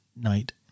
night